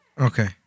Okay